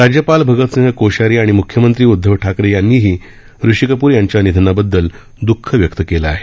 राज्यपाल भगतसिंह कोश्यारी आणि मुख्यमंत्री उदधव ठाकरे यांनीही ऋषी कपूर यांच्या निधनाबददल दःख व्यक्त केलं आहे